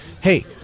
Hey